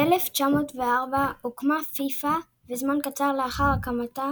ב-1904 הוקמה פיפ"א, וזמן קצר לאחר הקמתה